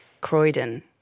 Croydon